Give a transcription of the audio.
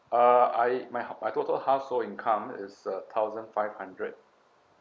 uh I my h~ my total household income is uh thousand five hundred